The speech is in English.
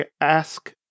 ask